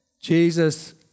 Jesus